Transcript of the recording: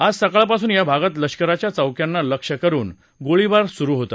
आज सकाळपासून या भागात लष्कराच्या चौक्यांना लक्ष्य करून गोळीबार सुरू होता